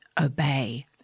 obey